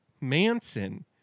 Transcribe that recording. Manson